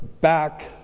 back